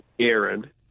Aaron